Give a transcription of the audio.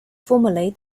formerly